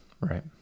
Right